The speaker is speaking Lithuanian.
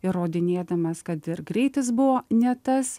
įrodinėdamas kad ir greitis buvo ne tas